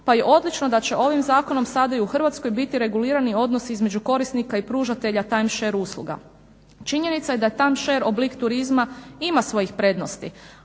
pa je odlično da će ovim zakonom sada i u Hrvatskoj biti regulirani odnosi između korisnika i pružatelja time share usluga. Činjenica je da time share oblik turizma ima svojih prednosti,